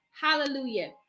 Hallelujah